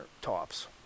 tops